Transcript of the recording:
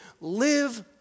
Live